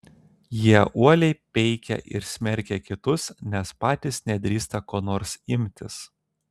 jie uoliai peikia ir smerkia kitus nes patys nedrįsta ko nors imtis